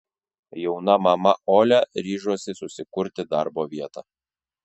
jauna mama olia ryžosi susikurti darbo vietą